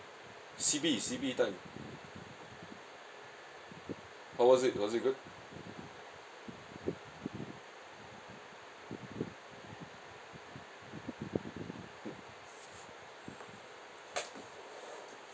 C_B C_B time how was it was it good